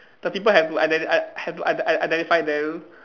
the people have to iden~ i~ have to i~ identify them